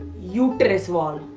uterus wall.